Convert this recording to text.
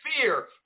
fear